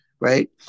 right